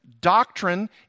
doctrine